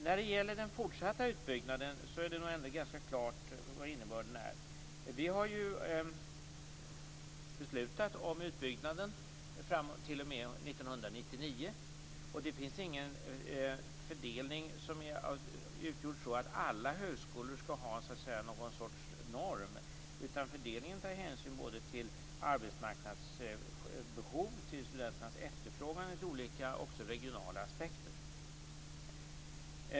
När det gäller den fortsatta utbyggnaden är det nog ganska klart vad innebörden är. Vi har ju beslutat om en utbyggnad t.o.m. år 1999. Ingen fördelning är gjord så att alla högskolor skall ha någon sorts norm så att säga, utan när det gäller fördelningen tas hänsyn till arbetsmarknadsbehov, till studenternas efterfrågan och till olika regionala aspekter.